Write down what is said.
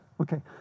Okay